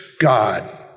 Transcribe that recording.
God